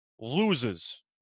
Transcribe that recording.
loses